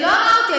לא אמרתי.